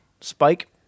Spike